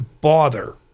bother